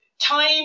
time